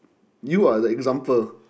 you are the example